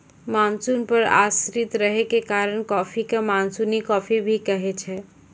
monsoon पर आश्रित रहै के कारण कॉफी कॅ मानसूनी कॉफी भी कहै छै